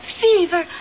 fever